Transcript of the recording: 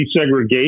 desegregation